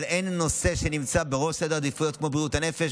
אבל אין נושא שנמצא בראש סדר העדיפויות כמו בריאות הנפש.